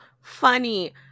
funny